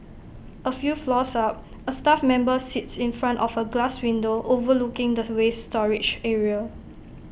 A few floors up A staff member sits in front of A glass window overlooking the waste storage area